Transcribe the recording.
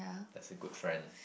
as a good friend